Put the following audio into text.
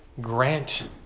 Grant